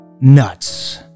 nuts